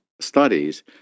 studies